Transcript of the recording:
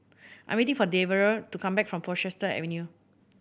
I am waiting for Devaughn to come back from Portchester Avenue